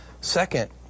Second